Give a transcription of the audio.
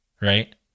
right